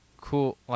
cool